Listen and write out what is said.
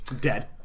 Dead